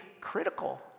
critical